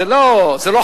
זה לא חד-צדדי.